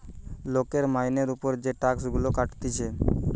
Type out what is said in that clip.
লোকের মাইনের উপর যে টাক্স গুলা কাটতিছে